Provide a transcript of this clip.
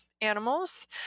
animals